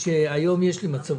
ילדי הדרום,